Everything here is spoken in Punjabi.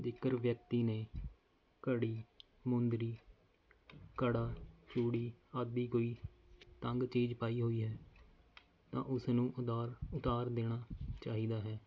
ਜੇਕਰ ਵਿਅਕਤੀ ਨੇ ਘੜੀ ਮੁੰਦਰੀ ਕੜਾ ਚੂੜੀ ਆਦਿ ਕੋਈ ਤੰਗ ਚੀਜ਼ ਪਾਈ ਹੋਈ ਹੈ ਤਾਂ ਉਸਨੂੰ ਉਧਾਰ ਉਤਾਰ ਦੇਣਾ ਚਾਹੀਦਾ ਹੈ